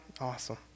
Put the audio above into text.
Awesome